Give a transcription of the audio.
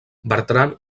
bertran